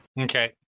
Okay